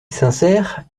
sincère